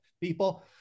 people